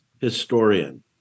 historian